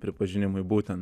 pripažinimui būtent